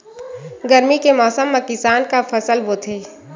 गरमी के मौसम मा किसान का फसल बोथे?